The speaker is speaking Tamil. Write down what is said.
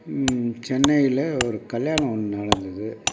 சென்னையில் ஒரு கல்யாணம் ஒன்று நடந்தது